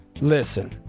Listen